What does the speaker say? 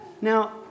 Now